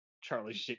Charlie